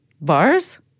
Bars